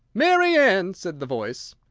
mary ann! said the voice.